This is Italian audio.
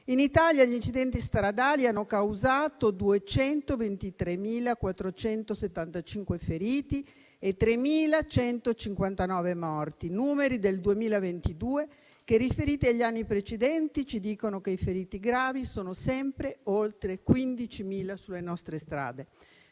In Italia gli incidenti stradali hanno causato 223.475 feriti e 3.159 morti. Numeri del 2022 che, riferiti agli anni precedenti, ci dicono che i feriti gravi sono sempre oltre 15.000 sulle nostre strade.